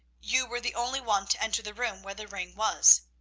you were the only one to enter the room where the ring was.